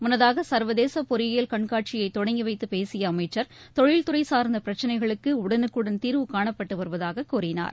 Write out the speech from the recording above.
முன்னதாக ச சர்வதேச பொறியியல் கண்காட்சியை தொடங்கி வைத்து பேசிய அமைச்சர் தொழில்துறை சார்ந்த பிரச்சினைகளுக்கு உடனுக்குடன் தீா்வு னணப்பட்டு வருவதாகக் கூறினார்